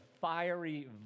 fiery